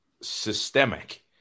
systemic